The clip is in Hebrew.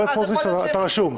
חבר הכנסת סמוטריץ', אתה רשום.